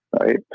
Right